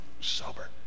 sober